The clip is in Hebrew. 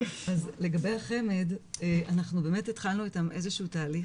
אז לגבי החמ"ד אנחנו באמת התחלנו איתם איזשהו תהליך,